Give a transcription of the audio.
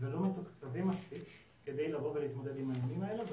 ולא מתוקצבים מספיק כדי לבוא ולהתמודד עם האיומים האלה.